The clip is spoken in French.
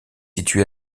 situé